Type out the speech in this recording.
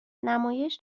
نمایش